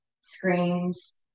screens